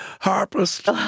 harpist